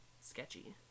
sketchy